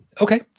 okay